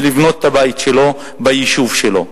והוא יכול לקנות את החלקה ולבנות את ביתו ביישוב שלו.